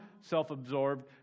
self-absorbed